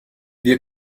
wir